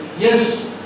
Yes